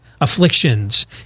afflictions